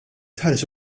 tħares